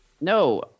No